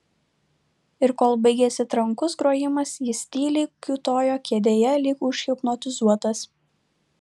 ir kol baigėsi trankus grojimas jis tyliai kiūtojo kėdėje lyg užhipnotizuotas